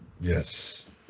Yes